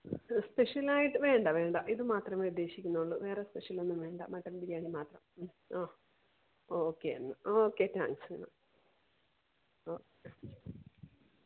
മ്മ് special ആയിട്ട് വേണ്ട വേണ്ട ഇത് മാത്രമേ ഉദ്ദേശിക്കുന്നുള്ളൂ വേറെ സ്പെഷ്യൽ ഒന്നും വേണ്ട മട്ടണ് ബിരിയാണി മാത്രം മ് ആ ഓക്കെ എന്നാൽ ഓക്കെ താങ്ക്സ് എന്നാൽ